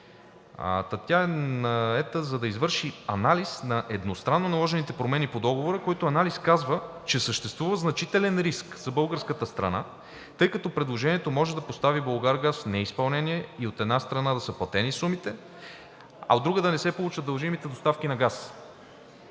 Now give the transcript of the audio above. наета, за да извърши анализ на едностранно наложените промени по Договора, който анализ казва, че съществува значителен риск за българската страна, тъй като предложението може да постави „Булгаргаз“ в неизпълнение. От една страна, да са платени сумите, а от друга, да не се получат дължимите доставки на газ.